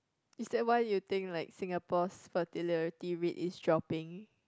is that why you think like Singapore's fertility rate is dropping